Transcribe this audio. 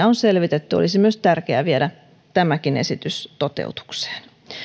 on selvitetty olisi tärkeää viedä tämäkin esitys toteutukseen